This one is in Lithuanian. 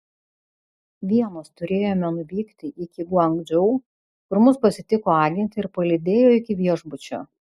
vienos turėjome nuvykti iki guangdžou kur mus pasitiko agentė ir palydėjo iki viešbučio